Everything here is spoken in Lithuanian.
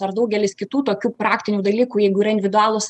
ar daugelis kitų tokių praktinių dalykų jeigu yra individualūs